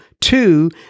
Two